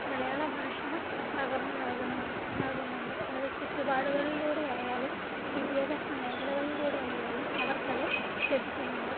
മലയാള ഭാഷ പകർന്ന് നൽകുന്നു നൽകുന്നുണ്ട് അത് ചുറ്റുപാടുകളിലൂടെ ആയാലും വിദ്യാഭ്യാസ മേഖലകളിലൂടെ ആയാലും അവർക്കത് ലഭിക്കുന്നുണ്ട്